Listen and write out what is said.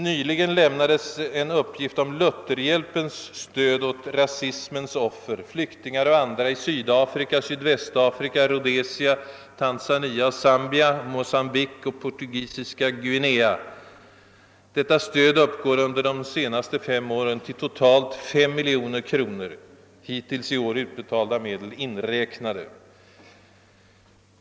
Nyligen lämnades en uppgift om Lutherhjälpens stöd åt rasismens offer, flyktingar och andra behövande i Sydafrika, Sydvästafrika, Rhodesia, Tanzania, Zambia, Mocambique och Portugisiska Guinea. Detta stöd uppgick under de senaste fem åren till totalt 5 miljoner kronor, hittills i år utbetalda medel inräknade.